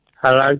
Hello